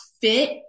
fit